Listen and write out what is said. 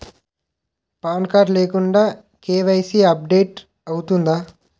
Pan card లేకుండా KYC update అవుతుందా?